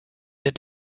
that